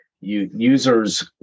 users